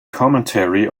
commentary